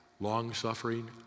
long-suffering